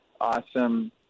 awesome